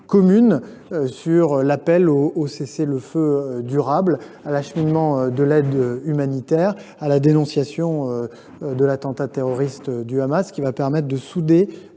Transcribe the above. commune appelant à un cessez le feu durable, à l’acheminement de l’aide humanitaire et à la dénonciation de l’attentat terroriste du Hamas, ce qui permettrait de souder